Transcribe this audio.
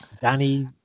Danny